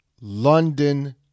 London